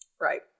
Right